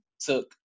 took